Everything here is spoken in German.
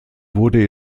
wurde